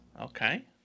Okay